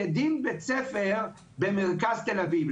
כדין בית ספר במרכז תל אביב.